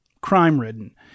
crime-ridden